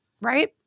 right